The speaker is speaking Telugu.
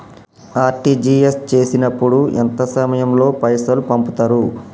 ఆర్.టి.జి.ఎస్ చేసినప్పుడు ఎంత సమయం లో పైసలు పంపుతరు?